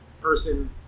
person